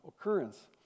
occurrence